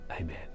Amen